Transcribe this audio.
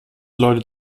leute